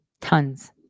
Tons